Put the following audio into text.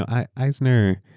eisner,